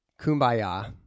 kumbaya